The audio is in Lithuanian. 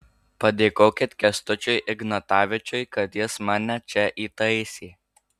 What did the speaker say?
padėkokit kęstučiui ignatavičiui kad jis mane čia įtaisė